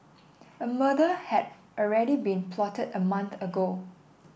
a murder had already been plotted a month ago